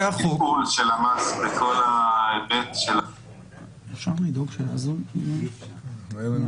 זה החוק וצריכים להקרין עליך דברים נעשים גם בהקשר